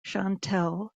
chantal